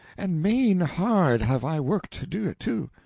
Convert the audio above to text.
and main hard have i worked to do it, too.